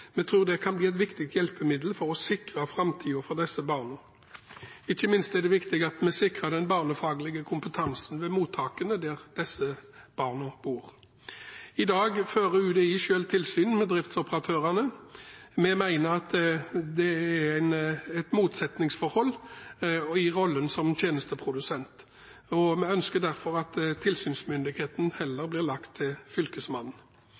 Vi tror det kan bli et viktig hjelpemiddel for å sikre framtiden for disse barna. Ikke minst er det viktig at vi sikrer den barnefaglige kompetansen ved mottakene der disse barna bor. I dag fører UDI selv tilsyn med driftsoperatørene. Vi mener at det kommer i et motsetningsforhold til rollen som tjenesteprodusent, og vi ønsker derfor at tilsynsmyndigheten heller blir lagt til Fylkesmannen.